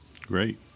Great